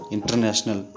International